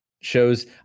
shows